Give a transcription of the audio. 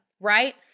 Right